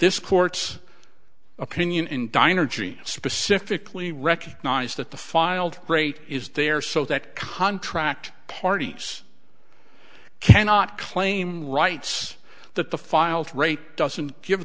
this court's opinion in diner gene specifically recognized that the filed rate is there so that contract parties cannot claim the rights that the filed rate doesn't give